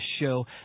show